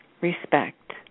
respect